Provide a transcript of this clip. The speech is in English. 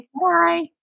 Bye